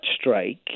strike